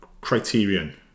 criterion